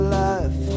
life